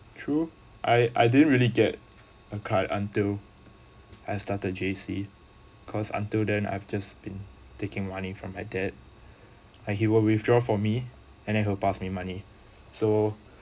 true I I didn't really get a card until I started J_C cause until then I've just been taking money from my dad and he will withdraw for me and then he pass me money so